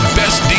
best